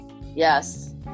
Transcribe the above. yes